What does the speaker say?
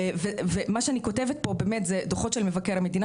ומה שאני כותבת פה באמת זה דוחות של מבקר המדינה